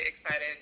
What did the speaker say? excited